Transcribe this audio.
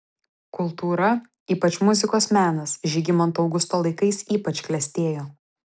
kultūra ypač muzikos menas žygimanto augusto laikais ypač klestėjo